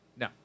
No